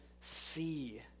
see